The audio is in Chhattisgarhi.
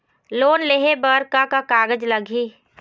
लोन लेहे बर का का कागज लगही?